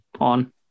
on